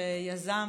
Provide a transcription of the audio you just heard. שיזם,